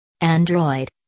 Android